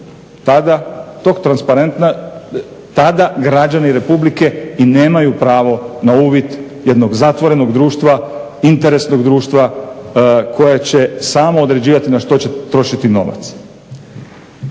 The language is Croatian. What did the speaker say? Tada građani Republike i nemaju pravo na uvid jednog zatvorenog društva, interesnog društva koja će samo određivati na što će trošiti novac.